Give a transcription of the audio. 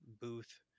Booth